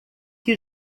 que